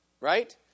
Right